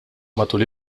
matul